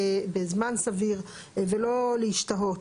בזמן סביר ולא להשתהות.